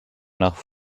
nach